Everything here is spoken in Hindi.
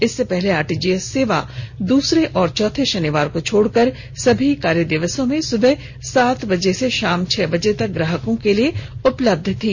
इससे पहले आरटीजीएस सेवा दूसरे और चौथे शनिवार को छोडकर सभी कार्य दिवसों में सुबह सात बजे से शाम छह बजे तक ग्राहकों के लिए उपलब्ध थी